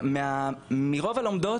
מרוב הלומדות,